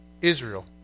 Israel